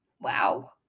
Wow